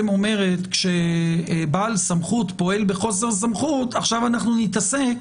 אומרת שכשבעל סמכות פועל בחוסר סמכות נתעסק